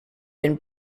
and